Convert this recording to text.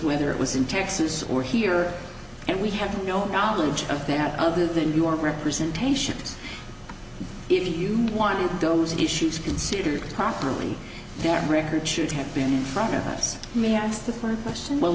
whether it was in texas or here and we have no knowledge of that other than you are representations if you want those issues considered properly their record should have been in front of us may i ask the question well